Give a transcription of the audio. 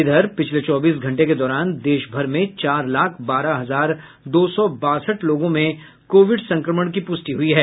इधर पिछले चौबीस घंटे के दौरान देश भर में चार लाख बारह हजार दो सौ बासठ लोगों में कोविड संक्रमण की पुष्टि हुई है